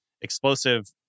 explosive